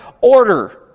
order